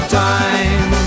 time